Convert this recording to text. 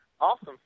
Awesome